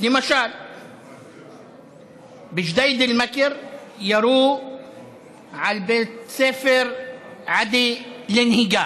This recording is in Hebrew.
למשל בג'דיידה-אל-מכר ירו על בית ספר עדי לנהיגה.